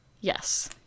yes